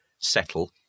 settle